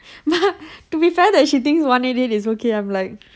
but to be fair that she thinks one eight eight is okay I'm like